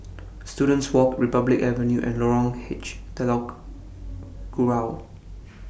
Students Walk Republic Avenue and Lorong H Telok Kurau